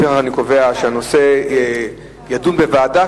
לפיכך אני קובע שהנושא יידון בוועדה,